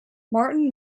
martin